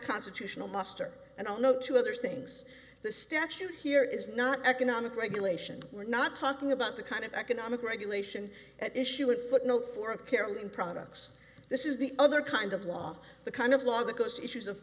constitutional muster and on no to other things the statute here is not economic regulation we're not talking about the kind of economic regulation at issue and footnote four of carolyn products this is the other kind of law the kind of law the cost issues of